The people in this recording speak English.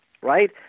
right